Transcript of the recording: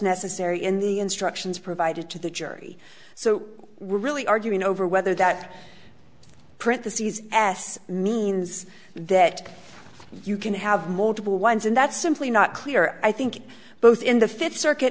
necessary in the instructions provided to the jury so really arguing over whether that print the cs s means that you can have multiple ones and that's simply not clear i think both in the fifth circuit